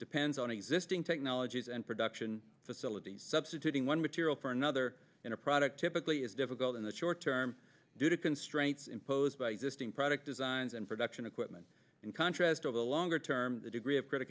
depends on existing technologies and production facilities substituting one material for another in a product typically is difficult in the short term due to constraints imposed by existing product designs and production equipment in contrast over the longer term the degree of critic